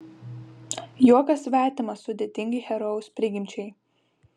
juokas svetimas sudėtingai herojaus prigimčiai